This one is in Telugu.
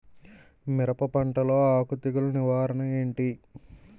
మిరప పంటలో ఆకు తెగులు నివారణ ఏంటి?